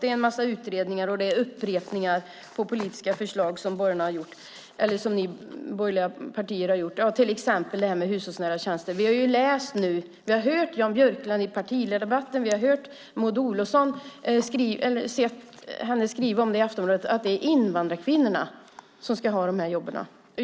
Det är en massa utredningar, upprepningar och politiska förslag som de borgerliga partierna har gjort, till exempel hushållsnära tjänster. Vi har hört Jan Björklund i partiledardebatten och sett att Maud Olofsson skriver i Aftonbladet att det är invandrarkvinnorna som ska ha de jobben.